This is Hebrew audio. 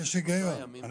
יש היגיון.